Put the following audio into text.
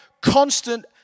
constant